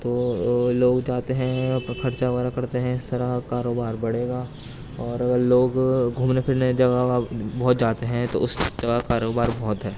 تو لوگ جاتے ہیں اور پھر خرچہ وغیرہ کرتے ہیں اس طرح کا کاروبار بڑھے گا اور لوگ گھومنے پھرنے جگہ بہت جاتے ہیں تو اس جگہ کاروبار بہت